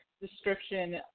description